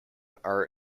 are